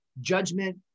judgment